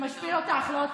זה משפיל אותך, לא אותי.